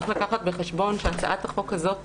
צריך לקחת בחשבון שהצעת החוק הזאת